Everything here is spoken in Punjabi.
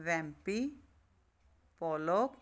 ਬੈਂਪੀ ਪੋਲੋਕ